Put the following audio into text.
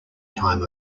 time